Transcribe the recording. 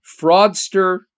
fraudster